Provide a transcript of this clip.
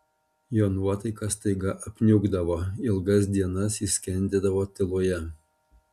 jo nuotaika staiga apniukdavo ilgas dienas jis skendėdavo tyloje